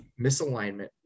misalignment